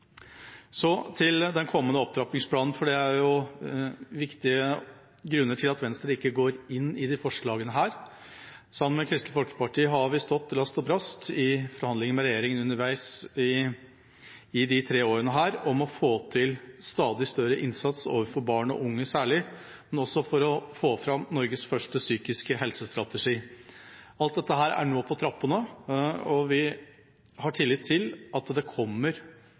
Så til den kommende opptrappingsplanen, for det er viktige grunner til at Venstre ikke går for disse forslagene. Venstre og Kristelig Folkeparti har underveis i de tre årene stått last og brast i forhandlinger med regjeringa om å få til stadig større innsats overfor særlig barn og unge, men også for å få fram Norges første strategiplan for psykisk helse. Alt dette er nå på trappene, og vi har tillit til at det kommer